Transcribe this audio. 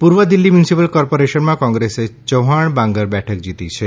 પૂર્વ દિલ્ફી મ્યુનિસિપલ કોર્પોરેશનમાં કોંગ્રેસે ચૌહાણ બાંગર બેઠક જીતી છે